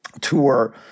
tour